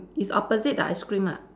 it's opposite the ice cream ah